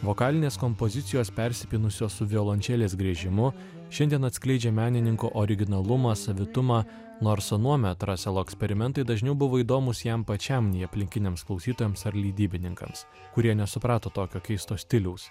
vokalinės kompozicijos persipynusios su violončelės griežimu šiandien atskleidžia menininko originalumą savitumą nors anuomet raselo eksperimentai dažniau buvo įdomūs jam pačiam nei aplinkiniams klausytojams ar leidybininkams kurie nesuprato tokio keisto stiliaus